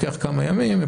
לוקח כמה ימים.